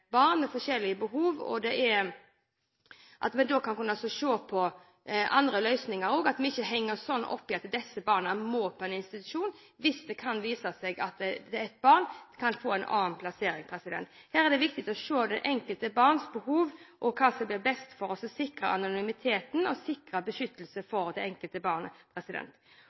barn med forskjellige behov, og at vi kan se på andre løsninger og ikke henger oss opp i at disse barna må på en institusjon, hvis de kan få en annen plassering. Her er det viktig å se det enkelte barns behov og hva som er best for å sikre anonymiteten og sikre beskyttelse for det enkelte barnet.